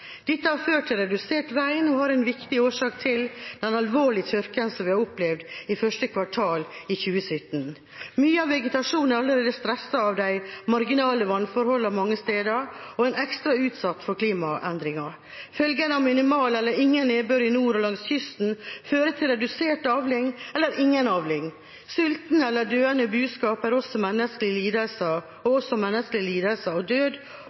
Dette har ført til redusert regn og er en viktig årsak til den alvorlige tørken som vi har opplevd i første kvartal 2017. Mye av vegetasjonen er allerede stresset av de marginale vannforholdene mange steder og er ekstra utsatt for klimaendringer. Følgene av minimal eller ingen nedbør i nord og langs kysten er redusert avling eller ingen avling, sultende eller døende buskap og også menneskelig lidelse og død,